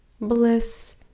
bliss